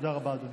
תודה רבה, אדוני.